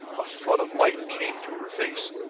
a flood of light came to her face.